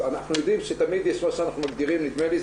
אנחנו יודעים שתמיד יש מה שאנחנו מגדירים נדמה לי,